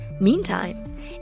Meantime